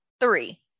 three